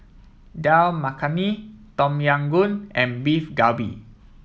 Dal Makhani Tom Yam Goong and Beef Galbi